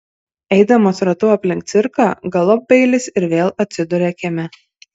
eidamas ratu aplink cirką galop beilis vėl atsiduria kieme